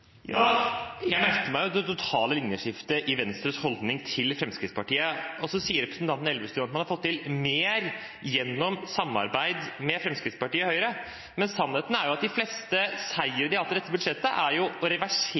Jeg merker meg det totale linjeskiftet i Venstres holdning til Fremskrittspartiet. Så sier representanten Elvestuen at man har fått til mer gjennom et samarbeid med Fremskrittspartiet og Høyre, men sannheten er at de fleste seire de har hatt i dette budsjettet, er å reversere